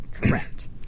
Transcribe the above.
Correct